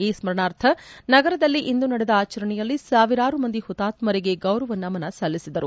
ಈ ಸ್ನರಣಾರ್ಥ ನಗರದಲ್ಲಿ ಇಂದು ನಡೆದ ಆಚರಣೆಯಲ್ಲಿ ಸಾವಿರಾರು ಮಂದಿ ಪುತಾತ್ಸರಿಗೆ ಗೌರವ ನಮನ ಸಲ್ಲಿಸಿದರು